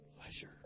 pleasure